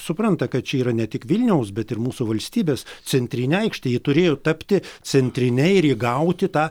supranta kad čia yra ne tik vilniaus bet ir mūsų valstybės centrinė aikštė ji turėjo tapti centrine ir įgauti tą